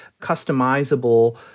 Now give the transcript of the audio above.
customizable